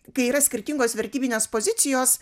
kai yra skirtingos vertybinės pozicijos